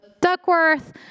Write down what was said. Duckworth